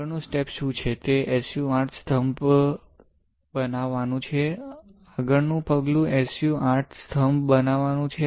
આગળનું સ્ટેપ શું છે તે SU 8 સ્તંભ બનાવવાનું છે આગળનું પગલું SU 8 સ્તંભ બનાવવાનું છે